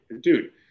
dude